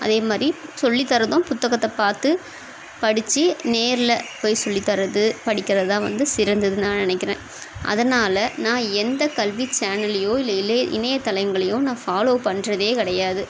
அதேமாதிரி சொல்லி தர்றதும் புத்தகத்தை பார்த்து படித்து நேரில் போய் சொல்லி தர்றது படிக்கிறது தான் வந்து சிறந்ததுன் நான் நினைக்கிறேன் அதனால் நான் எந்த கல்வி சேனல்லேயோ இல்லை இளைய இணையதலங்களையோ நான் ஃபாலோ பண்ணுறதே கிடையாது